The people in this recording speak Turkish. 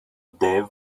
dev